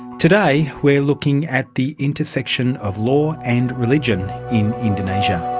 today we're looking at the intersection of law and religion in indonesia.